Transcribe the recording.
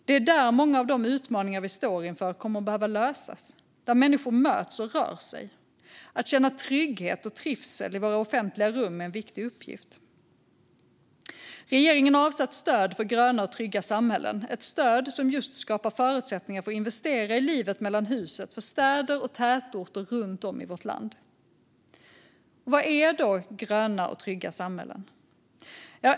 Det är där många av de utmaningar vi står inför kommer att behöva lösas, och det är där människor möts och rör sig. Att se till att människor känner trygghet och trivsel i våra offentliga rum är en viktig uppgift. Regeringen har avsatt stöd för gröna och trygga samhällen, ett stöd som just skapar förutsättningar för att investera i livet mellan husen i städer och tätorter runt om i vårt land. Vad är då gröna och trygga samhällen?